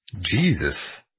Jesus